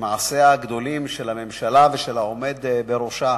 המעשים הגדולים של הממשלה ושל העומד בראשה,